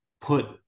put